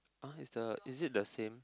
uh is the is it the same